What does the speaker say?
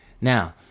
now